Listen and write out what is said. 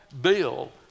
bill